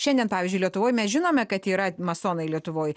šiandien pavyzdžiui lietuvoj mes žinome kad yra masonai lietuvoj